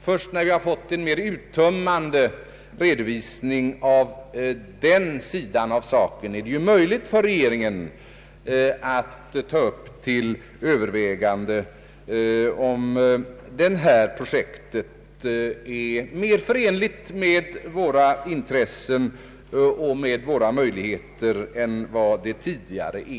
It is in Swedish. Först när vi har fått en mer uttömmande redovisning av den sidan av saken är det möjligt för regeringen att ta upp till övervägande om det här projektet är mer förenligt med våra intressen och våra möjligheter än det tidigare.